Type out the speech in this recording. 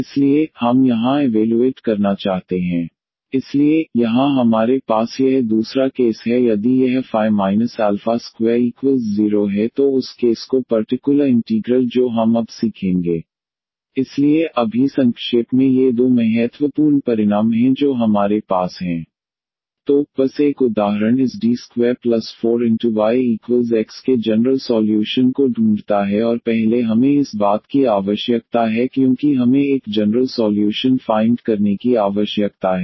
इसलिए हम यहां इवेलुएट करना चाहते हैं 1D4D21cos 2x 121cos 2x 113cos 2x Evaluate1D2 2D1cos 3x 1 9 2D1cos 3x 121D4cos 3x ×× 12D 4D2 16cos 3x 150cos 3x 1504cos 3x3sin 3x इसलिए यहां हमारे पास यह दूसरा केस है यदि यह 20 है तो उस केस को पर्टिकुलर इंटीग्रल जो हम अब सीखेंगे 1D22sin αx imag1D22cos αx i1D22sin αx imag1D22eiαx Consider 1D22eiαx 1D iα1Diαeiαx 12iα1D iαeiαx x2iαeiαx इसलिए अब हम इसे प्राप्त करना चाहते हैं 1D22sin αx imagx2sin αx ix2cos αx x2cos ax इसलिए अभी संक्षेप में ये दो महत्वपूर्ण परिणाम हैं जो हमारे पास हैं 1D22sin αx x2cos αx 1D22cos ax x2sin αx तो बस एक उदाहरण इस D24yx के जनरल सॉल्यूशन को ढूंढता है और पहले हमें इस बात की आवश्यकता है क्योंकि हमें एक जनरल सॉल्यूशन फाइंड करने की आवश्यकता है